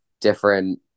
different